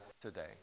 Today